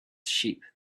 sheep